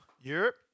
Europe